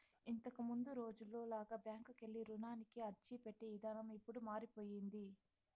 ఇంతకముందు రోజుల్లో లాగా బ్యాంకుకెళ్ళి రుణానికి అర్జీపెట్టే ఇదానం ఇప్పుడు మారిపొయ్యింది